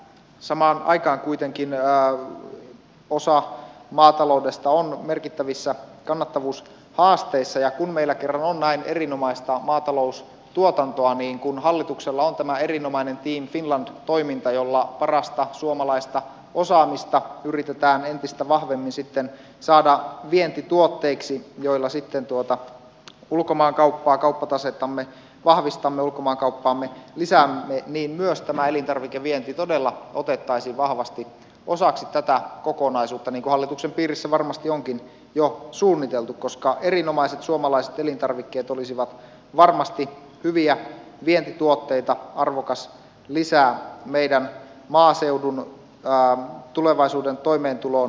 samaan aikaan kuitenkin osa maataloudesta on merkittävissä kannattavuushaasteissa ja kun meillä kerran on näin erinomaista maataloustuotantoa niin kun hallituksella on tämä erinomainen team finland toiminta jolla parasta suomalaista osaamista yritetään entistä vahvemmin sitten saada vientituotteiksi joilla sitten tuota ulkomaankauppaa kauppatasettamme vahvistamme ulkomaankauppaamme lisäämme niin myös tämä elintarvikevienti todella otettaisiin vahvasti osaksi tätä kokonaisuutta niin kuin hallituksen piirissä varmasti onkin jo suunniteltu koska erinomaiset suomalaiset elintarvikkeet olisivat varmasti hyviä vientituotteita arvokas lisä meidän maaseudun tulevaisuuden toimeentuloon sitä kautta